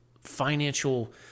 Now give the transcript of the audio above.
financial